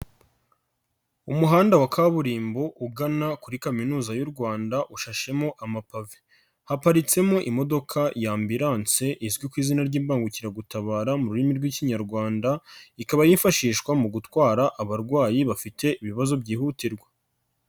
Umuhanda wa kaburimbo ugana kuri kaminuza y'u Rwanda ushashemo amapave haparitsemo imodoka ya ambulance izwi ku izina ry'imbangukiragutabara mu rurimi rw'ikinyarwanda, ikaba yifashishwa mu gutwara abarwayi bafite ibibazo byihutirwa.